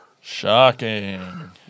Shocking